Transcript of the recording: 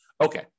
Okay